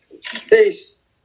Peace